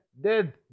dead